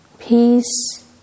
Peace